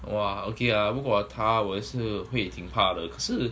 !wah! okay uh 如果她我也是会挺怕的可是